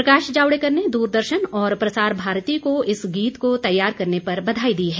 प्रकाश जावड़ेकर ने दूरदर्शन और प्रसार भारती को इस गीत को तैयार करने पर बधाई दी है